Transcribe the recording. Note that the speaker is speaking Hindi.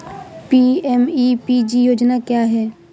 पी.एम.ई.पी.जी योजना क्या है?